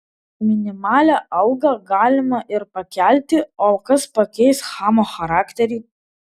minimalią algą galima ir pakelti o kas pakeis chamo charakterį